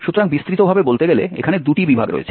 সুতরাং বিস্তৃতভাবে বলতে গেলে এখানে দুটি বিভাগ রয়েছে